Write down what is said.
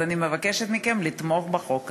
אני מבקשת מכם לתמוך בחוק הזה.